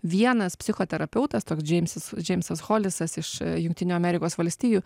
vienas psichoterapeutas toks džeimsas džeimsas holisas iš jungtinių amerikos valstijų